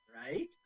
right